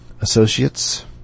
Associates